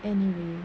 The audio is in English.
anyway